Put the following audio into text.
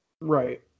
Right